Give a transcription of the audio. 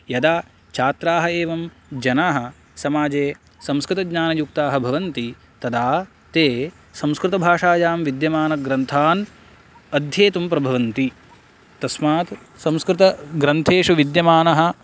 यदा छात्राः एवं जनाः समाजे संस्कृतज्ञानयुक्ताः भवन्ति तदा ते संस्कृतभाषायां विद्यमानग्रन्थान् अध्येतुं प्रभवन्ति तस्मात् संस्कृतग्रन्थेषु विद्यमानः